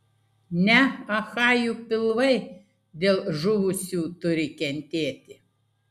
ne achajų pilvai dėl žuvusių turi kentėti